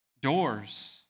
doors